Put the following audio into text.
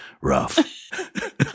rough